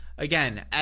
Again